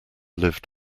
lived